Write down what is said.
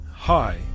Hi